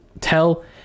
tell